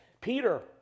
Peter